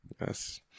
Yes